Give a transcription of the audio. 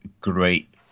great